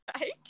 Right